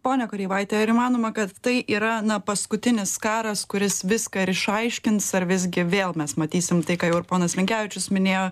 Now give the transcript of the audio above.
ponia koreivaite ar įmanoma kad tai yra na paskutinis karas kuris viską ir išaiškins ar visgi vėl mes matysim tai ką jau ir ponas linkevičius minėjo